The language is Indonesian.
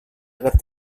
agar